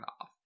off